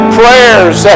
prayers